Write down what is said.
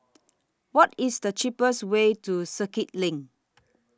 What IS The cheapest Way to Circuit LINK